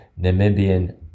Namibian